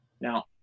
Now